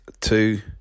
two